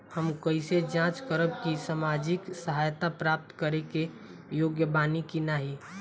हम कइसे जांच करब कि सामाजिक सहायता प्राप्त करे के योग्य बानी की नाहीं?